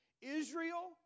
Israel